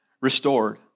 restored